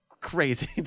Crazy